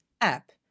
app